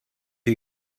you